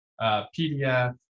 pdf